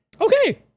okay